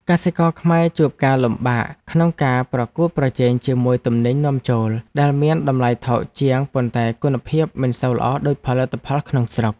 កសិករខ្មែរជួបការលំបាកក្នុងការប្រកួតប្រជែងជាមួយទំនិញនាំចូលដែលមានតម្លៃថោកជាងប៉ុន្តែគុណភាពមិនសូវល្អដូចផលិតផលក្នុងស្រុក។